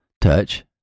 touch